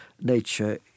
nature